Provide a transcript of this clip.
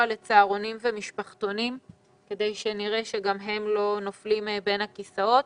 לצהרונים ומשפחתונים כדי שנראה שגם הם לא נופלים בין הכיסאות.